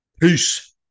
peace